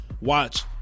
watch